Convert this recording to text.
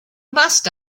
must